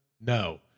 No